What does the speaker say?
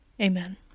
Amen